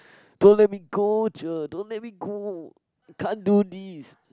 don't let me go cher don't let me go can't do this